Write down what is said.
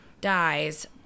dies